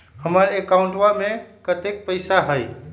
हमार अकाउंटवा में कतेइक पैसा हई?